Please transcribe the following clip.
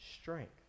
strength